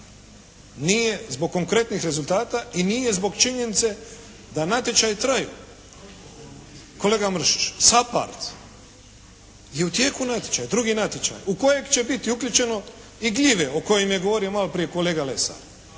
Nije zbog konkretnih rezultata i nije zbog činjenice da natječaji traju. Kolega Mršiću SAPARD je u tijeku natječaja, drugi natječaj u kojeg će biti uključeno i gljive o kojima je govorio malo prije kolega Lesar,